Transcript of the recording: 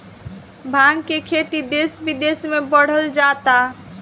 भाँग के खेती देस बिदेस में बढ़ल जाता